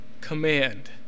command